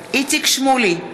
שמולי,